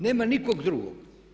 Nema nikog drugog.